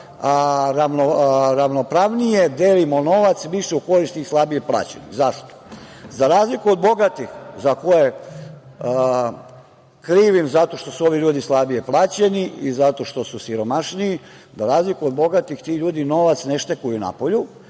ravnopravnije delimo novac, više u korist tih slabije plaćenih. Zašto? Za razliku od bogatih, koje krivim zato što su ovi ljudi slabije plaćeni i zato što su siromašniji, ti ljudi novac ne štekuju napolju